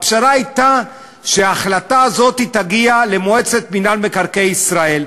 הפשרה הייתה שההחלטה הזאת תגיע למועצת מקרקעי ישראל,